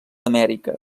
amèrica